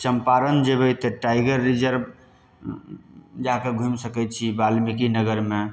चम्पारण जेबै तऽ tiger reserve जा कऽ घुमि सकै छी वाल्मीकि नगरमे